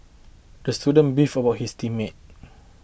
the student beefed were his team mate